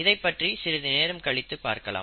இதைப் பற்றி சிறிது நேரம் கழித்து பார்க்கலாம்